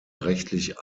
rechtlich